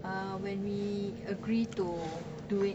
uh when we agree to do it